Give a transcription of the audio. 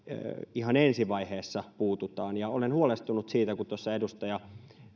ihan ensi vaiheessa puututaan olen huolestunut siitä kun tuossa edustaja